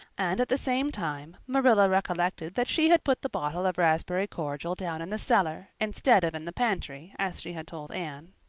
and at the same time marilla recollected that she had put the bottle of raspberry cordial down in the cellar instead of in the pantry as she had told anne.